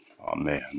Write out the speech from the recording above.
Amen